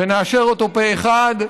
ונאשר אותו פה אחד,